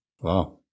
Wow